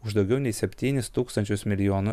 už daugiau nei septynis tūkstančius milijonų